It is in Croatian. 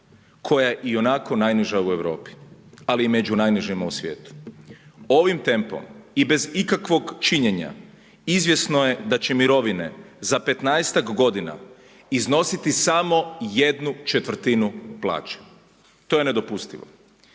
koja je ionako najniža u Europi, ali i među najnižima u svijetu. Ovim tempom i bez ikakvog činjenja izvjesno je da će mirovine za 15-tak godina iznositi samo 1/4 plaće. To je nedopustivo.